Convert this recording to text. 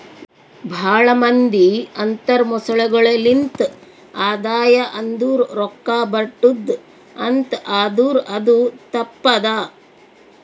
ಭಾಳ ಮಂದಿ ಅಂತರ್ ಮೊಸಳೆಗೊಳೆ ಲಿಂತ್ ಆದಾಯ ಅಂದುರ್ ರೊಕ್ಕಾ ಬರ್ಟುದ್ ಅಂತ್ ಆದುರ್ ಅದು ತಪ್ಪ ಅದಾ